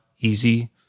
easy